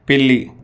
పిల్లి